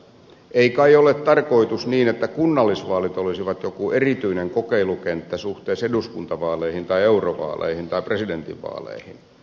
ei kai ole tarkoitus niin että kunnallisvaalit olisivat joku erityinen kokeilukenttä suhteessa eduskuntavaaleihin tai eurovaaleihin tai presidentinvaaleihin